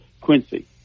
Quincy